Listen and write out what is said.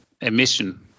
emission